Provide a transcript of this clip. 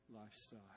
lifestyle